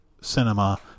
cinema